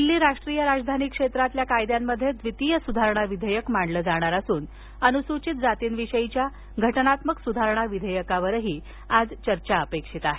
दिल्ली राष्ट्रीय राजधानी क्षेत्रातील कायद्यांमध्ये द्वितीय सुधारणा विधेयक मांडलं जाणार असून अनुसूचित जातीविषयीच्या घटनात्मक सुधारणा विधेयकावरही चर्चा अपेक्षित आहे